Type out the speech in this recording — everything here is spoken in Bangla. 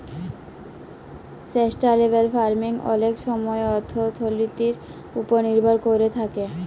সাসট্যালেবেল ফার্মিং অলেক ছময় অথ্থলিতির উপর লির্ভর ক্যইরে থ্যাকে